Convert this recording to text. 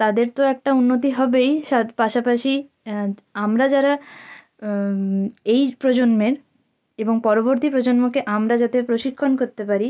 তাদের তো একটা উন্নতি হবেই সাথ পাশাপাশি আমরা যারা এই প্রজন্মের এবং পরবর্তী প্রজন্মকে আমরা যাতে প্রশিক্ষণ করতে পারি